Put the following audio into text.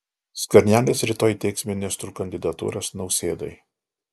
skvernelis rytoj teiks ministrų kandidatūras nausėdai